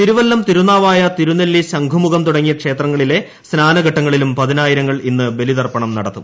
തിരുവല്ലം തിരുനാവായ തിരുനെല്ലി ശംഖുമുഖം തുടങ്ങിയ ക്ഷേത്രങ്ങളിലെ സ്നാനഘട്ടങ്ങളിലും പതിനായിരങ്ങൾ ഇന്ന് ബലിതർപ്പണം നടത്തും